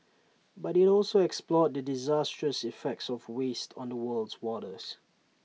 but IT also explored the disastrous effects of waste on the world's waters